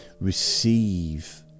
receive